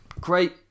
great